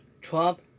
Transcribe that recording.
Trump